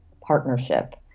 partnership